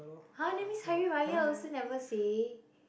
!huh! that means Hari-Raya also never say